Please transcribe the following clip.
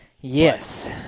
Yes